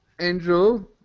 Angel